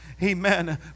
Amen